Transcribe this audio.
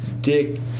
Dick